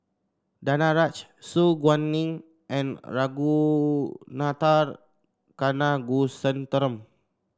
Danaraj Su Guaning and Ragunathar Kanagasuntheram